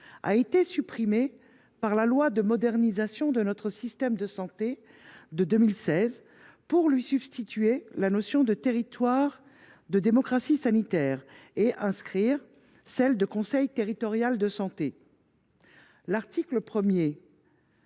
a été supprimée par la loi de modernisation de notre système de santé de 2016 pour lui substituer la notion de « territoire de démocratie sanitaire » et inscrire celle de conseil territorial de santé. L’article 1